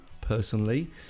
personally